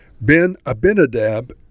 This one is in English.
Ben-Abinadab